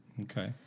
Okay